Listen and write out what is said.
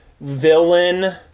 villain